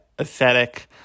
aesthetic